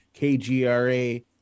KGRA